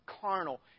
carnal